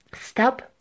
stop